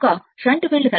shunt field circuit